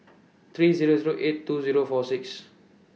three Zero Zero eight two Zero four six